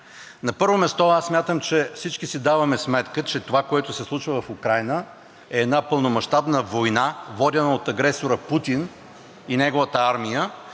На първо място, аз смятам, че всички си даваме сметка, че това, което се случва в Украйна, е една пълномащабна война, водена от агресора Путин и неговата армия,